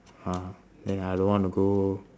ah then I don't want to go